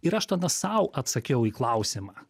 ir aš tada sau atsakiau į klausimą